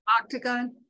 octagon